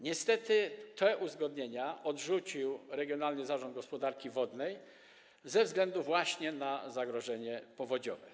Niestety te uzgodnienia odrzucił Regionalny Zarząd Gospodarki Wodnej właśnie ze względu na zagrożenie powodziowe.